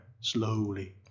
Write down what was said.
slowly